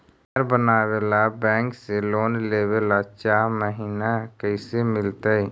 घर बनावे ल बैंक से लोन लेवे ल चाह महिना कैसे मिलतई?